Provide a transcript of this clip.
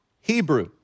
Hebrew